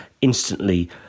instantly